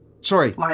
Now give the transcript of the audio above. Sorry